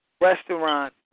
restaurant